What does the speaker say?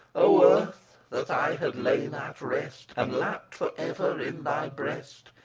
o earth! that i had lain at rest and lapped for ever in thy breast,